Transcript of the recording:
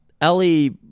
Ellie